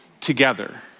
together